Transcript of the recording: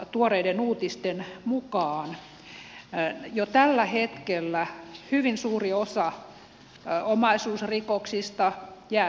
tuoreiden uutisten mukaan jo tällä hetkellä hyvin suuri osa omaisuusrikoksista jää selvittämättä